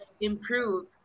improve